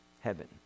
heaven